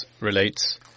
relates